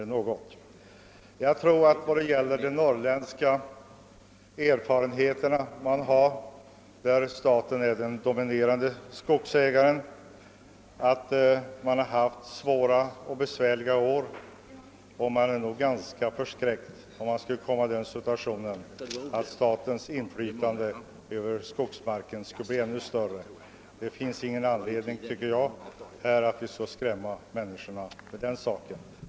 I Norrland, där staten är den dominerande skogsägaren, har man haft svåra och besvärliga år, och man är nog ganska förskräckt inför utsikterna att komma i den situationen att statens inflytande över skogsmarken blir ännu större. Det finns ingen anledning att skrämma människorna med den saken.